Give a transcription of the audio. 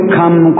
come